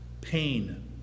pain